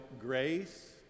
grace